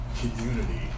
community